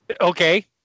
Okay